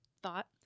thought